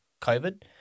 COVID